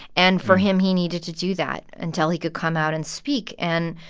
and for him, he needed to do that until he could come out and speak. and,